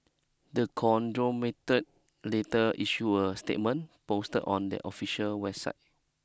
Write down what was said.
the conglomeratelater issued a statement posted on their official website